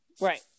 Right